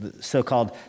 so-called